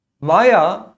Maya